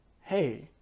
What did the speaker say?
hey